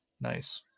Nice